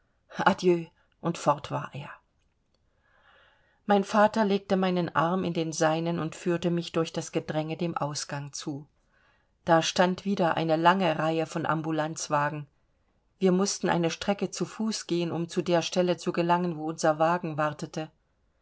und fort war er mein vater legte meinen arm in den seinen und führte mich durch das gedränge dem ausgang zu da stand wieder eine lange reihe von ambulanzwagen wir mußten eine strecke zu fuß gehen um zu der stelle zu gelangen wo unser wagen wartete